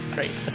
Great